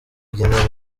igenda